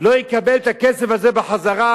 לא יקבל את הכסף הזה בחזרה,